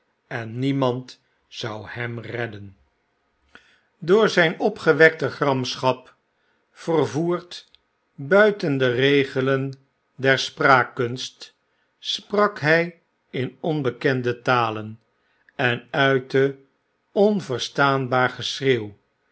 en demand zou hem redden door zyn opgewekte graraschap vervoerd buiten de regelen der spraakkunst sprak hy in onbekende talen en uitte onverstaanbaar geschreeuw